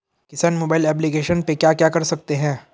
किसान mobile application पे क्या क्या कर सकते हैं?